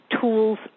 tools